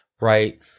Right